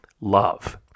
love